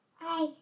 Hi